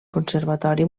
conservatori